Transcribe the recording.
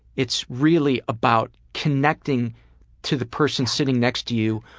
it's really about connecting to the person sitting next to you